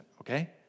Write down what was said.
okay